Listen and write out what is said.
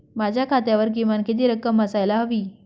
माझ्या खात्यावर किमान किती रक्कम असायला हवी?